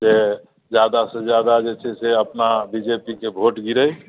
से जादा सँ जादा जे छै से अपना बी जे पी के वोट गिरै